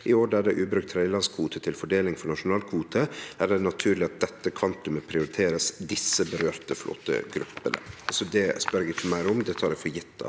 I år der det er ubrukt tredjelandskvote til fordeling til nasjonal kvote, er det naturlig at dette kvantumet prioriteres disse berørte flåtegruppene.» Det spør eg ikkje meir om – det tek eg for gitt